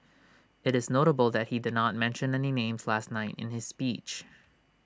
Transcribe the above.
IT is notable that he did not mention any names last night in his speech